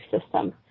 system